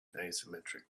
asymmetric